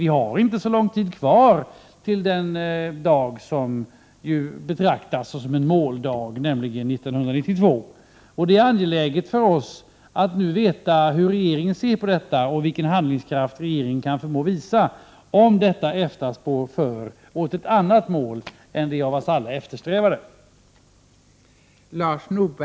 Vi har inte så lång tid kvar till den tidpunkt som ju betraktas som ett mål, nämligen 1992. Det är angeläget för oss att nu få veta hur regeringen ser på detta och vilken handlingskraft regeringen kan förmå visa, om EFTA-spåret för åt ett annat mål än det av oss alla eftersträvade.